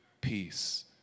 peace